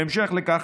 בהמשך לכך,